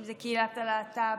אם זה קהילת הלהט"ב.